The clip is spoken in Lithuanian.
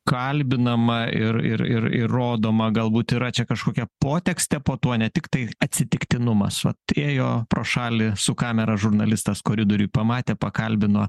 kalbinama ir ir ir ir rodoma galbūt yra čia kažkokia potekstė po tuo ne tiktai atsitiktinumas vat pro šalį su kamera žurnalistas koridoriuj pamatė pakalbino